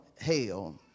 hell